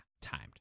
Timed